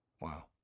Wow